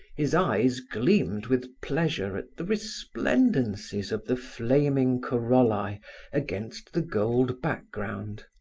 his eyes gleamed with pleasure at the resplendencies of the flaming corrollae against the gold background.